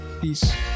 Peace